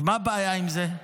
מה הבעיה עם זה?